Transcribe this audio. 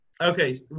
Okay